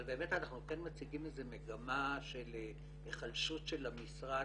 אבל באמת אנחנו כן מציגים איזה מגמה של החלשות של המשרד.